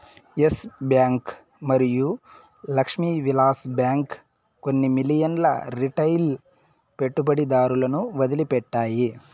yes Bank మరియు Lakshmi Vilas Bank కొన్ని మిలియన్ల రిటైల్ పెట్టుబడిదారులను వదిలిపెట్టాయి